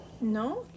No